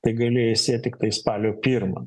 tai gali sėt tiktai spalio pirmą